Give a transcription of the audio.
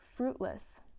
Fruitless